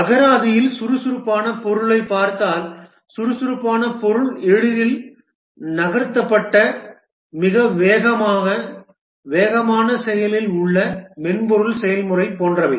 அகராதியில் சுறுசுறுப்பான பொருளைப் பார்த்தால் சுறுசுறுப்பான பொருள் எளிதில் நகர்த்தப்பட்ட மிக வேகமான வேகமான செயலில் உள்ள மென்பொருள் செயல்முறை போன்றவை